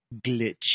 Glitch